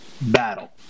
battle